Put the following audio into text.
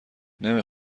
نمی